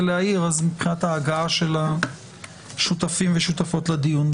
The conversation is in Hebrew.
להעיר מבחינת ההגהה של השותפים והשותפות לדיון.